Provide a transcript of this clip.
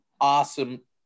awesome